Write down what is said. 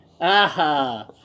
Aha